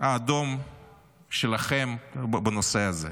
האדום שלכם בנושא הזה?